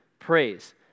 Praise